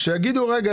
יגידו: רגע,